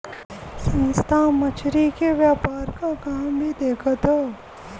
संस्था मछरी के व्यापार क काम भी देखत हौ